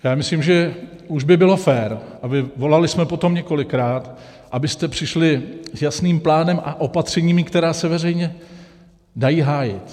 Já myslím, že už by bylo fér, volali jsme po tom několikrát, abyste přišli s jasným plánem a opatřeními, která se veřejně dají hájit.